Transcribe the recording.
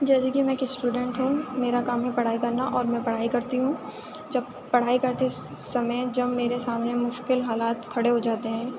جیسے کہ میں ایک اسٹوڈینٹ ہوں میرا کام ہے پڑھائی کرنا اور میں پڑھائی کرتی ہوں جب پڑھائی کرتے سمئے جب میرے سامنے مشکل حالات کھڑے ہو جاتے ہیں